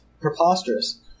preposterous